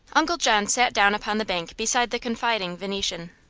uncle john sat down upon the bank beside the confiding venetian.